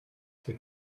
sia